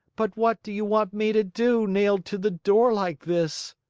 but what do you want me to do, nailed to the door like this?